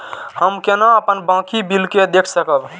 हम केना अपन बाकी बिल के देख सकब?